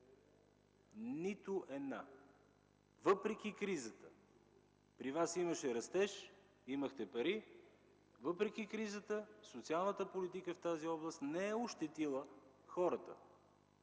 Нито една! Въпреки кризата! При Вас имаше растеж, имахте пари. Въпреки кризата социалната политика в тази област не е ощетила хората.